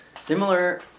similar